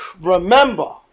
Remember